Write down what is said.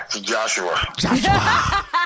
Joshua